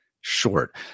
Short